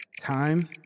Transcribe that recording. Time